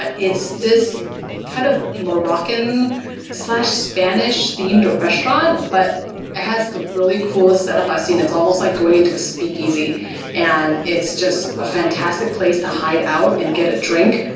but it's this kind of moroccan spanish-themed restaurant but it has really coolest set up i've seen. it's almost like going into a speak easy and it's just a fantastic place to hide out and get a drink.